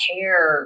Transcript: care